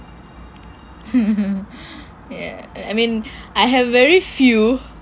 ya I mean I have very few